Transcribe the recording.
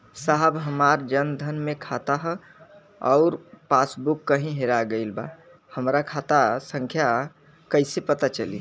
साहब हमार जन धन मे खाता ह अउर पास बुक कहीं हेरा गईल बा हमार खाता संख्या कईसे पता चली?